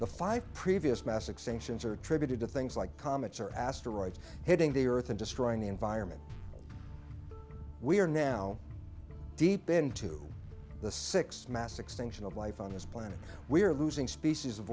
the five previous mass extinctions are tributed to things like comets or asteroids hitting the earth and destroying the environment we are now deep into the six mass extinction of life on this planet we are losing species of